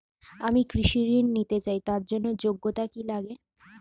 আমি কৃষি ঋণ নিতে চাই তার জন্য যোগ্যতা কি লাগে?